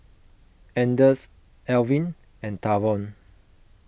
Anders Alvin and Tavon